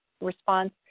response